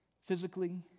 physically